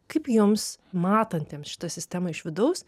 kaip jums matantiems šitą sistemą iš vidaus